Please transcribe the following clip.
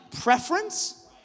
preference